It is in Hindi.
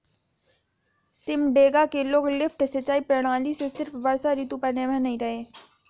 सिमडेगा के लोग लिफ्ट सिंचाई प्रणाली से सिर्फ वर्षा ऋतु पर निर्भर नहीं रहे